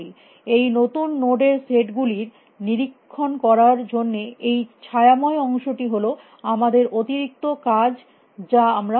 এই নতুন নোড এর সেট গুলির নিরীক্ষণ করার জন্য এই ছায়াময় অংশটি হল আমাদের অতিরিক্ত কাজ যা আমরা করছি